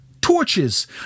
torches